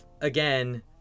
again